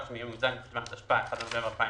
שמיום י"ז בחשוון התשפ"א (1 בנובמבר 2020)